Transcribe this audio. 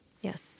Yes